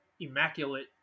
immaculate